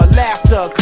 laughter